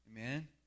Amen